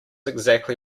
exactly